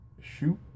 shoot